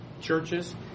churches